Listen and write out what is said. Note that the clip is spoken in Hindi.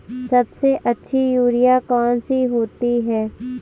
सबसे अच्छी यूरिया कौन सी होती है?